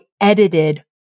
edited